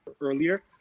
earlier